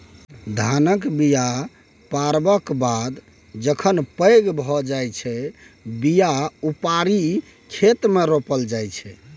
धानक बीया पारबक बाद जखन पैघ भए जाइ छै बीया उपारि खेतमे रोपल जाइ छै